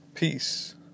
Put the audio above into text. Peace